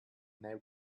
they